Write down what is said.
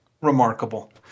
Remarkable